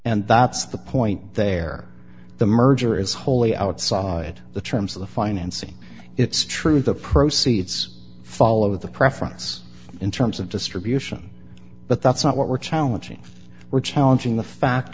and that's the point there the merger is wholly outside the terms of the financing it's true the proceeds follow the preference in terms of distribution but that's not what we're challenging we're challenging the fact